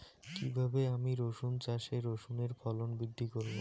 কীভাবে আমি রসুন চাষে রসুনের ফলন বৃদ্ধি করব?